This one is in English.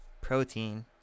protein